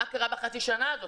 מה קרה בחצי השנה הזאת?